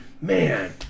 man